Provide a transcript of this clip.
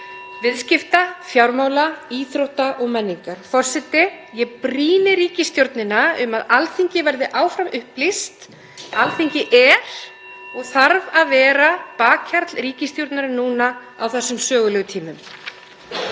viðskipta, fjármála, íþrótta og menningar. (Forseti hringir.) Forseti. Ég brýni ríkisstjórnina um að Alþingi verði áfram upplýst. Alþingi er og þarf að vera bakhjarl ríkisstjórnarinnar núna á þessum sögulegu tímum.